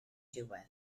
diwedd